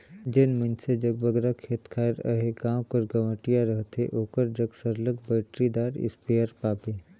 जेन मइनसे जग बगरा खेत खाएर अहे गाँव कर गंवटिया रहथे ओकर जग सरलग बइटरीदार इस्पेयर पाबे